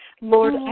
Lord